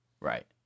Right